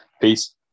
Peace